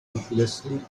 hopelessly